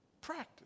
Practice